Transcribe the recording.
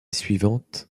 suivante